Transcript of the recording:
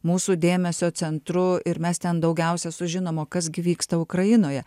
mūsų dėmesio centru ir mes ten daugiausia sužinom o kas gi vyksta ukrainoje